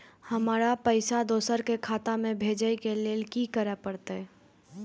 हमरा पैसा दोसर के खाता में भेजे के लेल की करे परते?